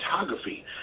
photography